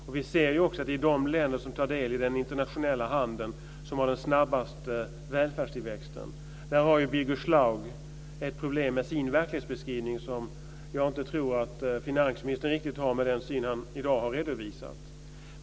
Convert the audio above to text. Och vi ser också att det är de länder som tar del i den internationella handeln som har den snabbaste välfärdstillväxten. Där har Birger Schlaug ett problem med sin verklighetsbeskrivning som jag inte tror att finansministern riktigt har med den syn som han i dag har redovisat.